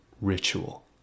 ritual